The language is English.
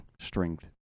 strength